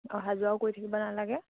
অহা যোৱাও কৰি থাকিব নালাগে